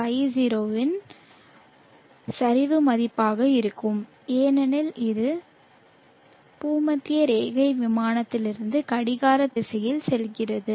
50 இன் சரிவு மதிப்பாக இருக்கும் ஏனெனில் இது பூமத்திய ரேகை விமானத்திலிருந்து கடிகார திசையில் செல்கிறது